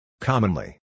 Commonly